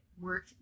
Work